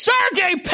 Sergey